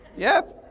yes?